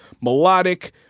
melodic